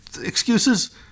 excuses